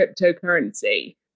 cryptocurrency